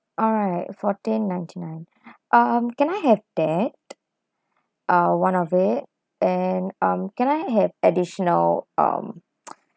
alright fourteen ninety nine um can I have that uh one of it and um can I have additional um